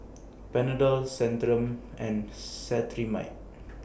Panadol Centrum and Cetrimide